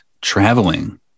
traveling